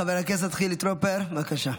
חבר הכנסת חילי טרופר, בבקשה.